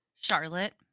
Charlotte